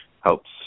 helps